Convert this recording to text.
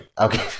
Okay